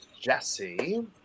Jesse